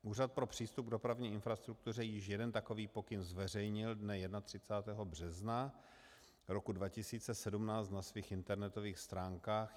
Úřad pro přístup k dopravní infrastruktuře již jeden takový pokyn zveřejnil dne 31. března roku 2017 na svých internetových stránkách.